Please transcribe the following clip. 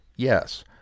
Yes